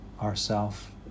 ourself